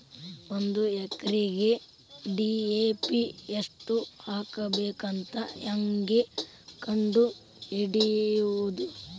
ಒಂದು ಎಕರೆಗೆ ಡಿ.ಎ.ಪಿ ಎಷ್ಟು ಹಾಕಬೇಕಂತ ಹೆಂಗೆ ಕಂಡು ಹಿಡಿಯುವುದು?